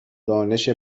دانش